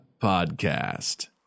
Podcast